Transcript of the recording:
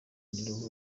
iteraniro